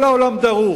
כל העולם דרוך.